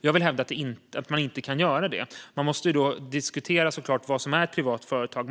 Jag vill hävda att man inte kan göra det. Man måste såklart diskutera vad som är ett privat företag.